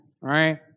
right